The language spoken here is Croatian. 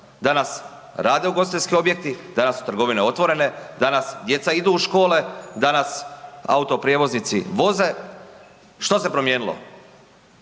Danas rade ugostiteljski objekti, danas su trgovine otvorene, danas djeca idu u škole, danas auto prijevoznici voze, što se promijenilo?